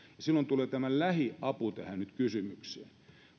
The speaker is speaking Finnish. silloin tulee tämä lähiapu nyt kysymykseen